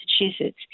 Massachusetts